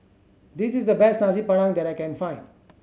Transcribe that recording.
this is the best Nasi Padang that I can find